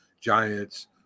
Giants